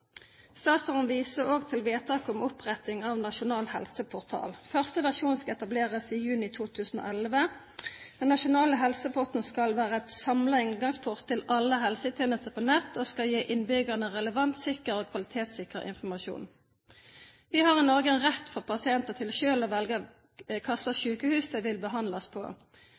Statsråden viser også til vedtaket om oppretting av en nasjonal helseportal. Første versjon skal etableres i juni 2011. Den nasjonale helseportalen skal være en samlet inngangsport til alle helsetjenester på nett og skal gi innbyggerne relevant, sikker og kvalitetssikret informasjon. Vi har i Norge en rett for pasientene til selv å velge hvilket sykehus de vil behandles på.